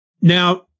now